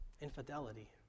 Infidelity